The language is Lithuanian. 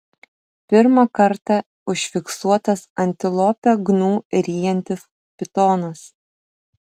pirmą kartą užfiksuotas antilopę gnu ryjantis pitonas